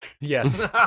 Yes